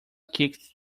kicked